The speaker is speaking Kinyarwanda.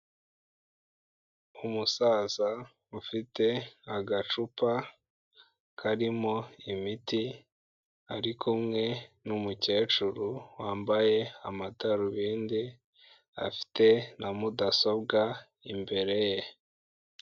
Umusaza ufite agacupa karimo imiti, ari kumwe n'umukecuru wambaye amadarubindi, afite na mudasobwa imbere ye.